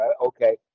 Okay